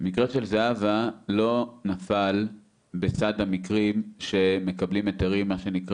המקרה של זהבה לא נפל בסד המקרים שמקבלים היתרים מהר